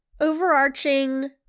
overarching